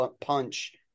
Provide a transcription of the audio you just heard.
punch